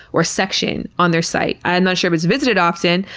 or section, on their site. i'm not sure if it's visited often,